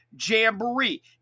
Jamboree